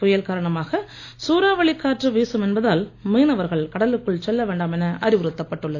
புயல் காரணமாக சூறாவளி காற்று வீசும் என்பதால் மீனவர்கள் கடலுக்குள் செல்ல வேண்டாம் என அறிவுறுத்தப்பட்டுள்ளது